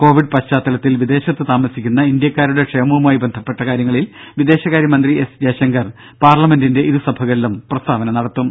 Covid പശ്ചാത്തലത്തിൽ വിദേശത്ത് താമസിക്കുന്ന ഇന്ത്യക്കാരുടെ ക്ഷേമവുമായി ബന്ധപ്പെട്ട കാര്യങ്ങളിൽ വിദേശകാര്യ മന്ത്രി എസ് ജയശങ്കർ പാർലമെന്റിന്റെ ഇരുസഭകളിലും പ്രസ്താവന നടത്തും